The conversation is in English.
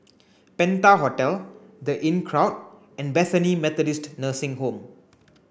Penta Hotel The Inncrowd and Bethany Methodist Nursing Home